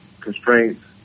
constraints